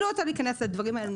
אני לא רוצה להיכנס לדברים האלו.